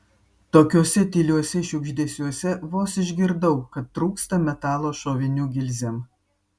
tokiuose tyliuose šiugždesiuos vos išgirdau kad trūksta metalo šovinių gilzėm